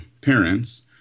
parents